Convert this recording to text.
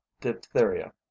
diphtheria